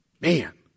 Man